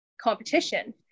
competition